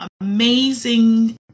amazing